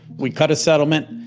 we cut a settlement.